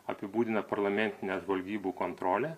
apibūdina parlamentinę žvalgybų kontrolę